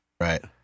Right